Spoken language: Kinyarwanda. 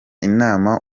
inama